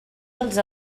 dels